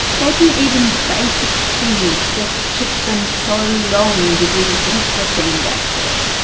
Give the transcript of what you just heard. baking even basic things just took them so long to do everything back then.